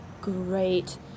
Great